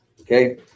Okay